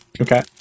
Okay